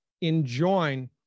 enjoin